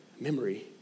memory